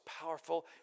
powerful